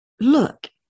look